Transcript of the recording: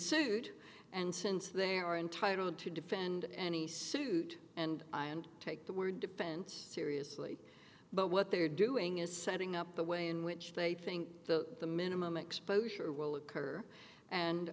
sued and since they're entitled to defend any suit and i and take the word defense seriously but what they're doing is setting up a way in which they think the the minimum exposure will occur and